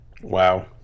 Wow